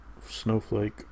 snowflake